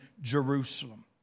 Jerusalem